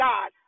God